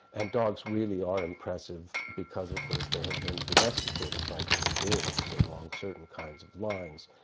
and dogs really are impressive because of course they have been domesticated by human beings along certain kinds of lines.